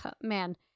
man